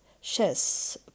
chess